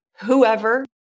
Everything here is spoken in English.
whoever